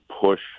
push